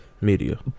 media